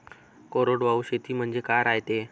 कोरडवाहू शेती म्हनजे का रायते?